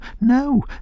no